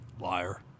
Liar